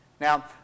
Now